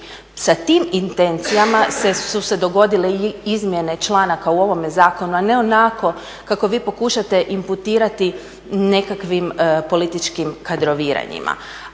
Sa tim intencijama su se dogodile izmjene članaka u ovome zakonu, a ne onako kako vi pokušate inputirati nekakvim političkim kadroviranjima.